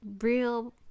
real